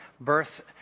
birth